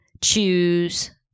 choose